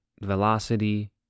velocity